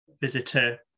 visitor